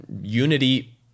Unity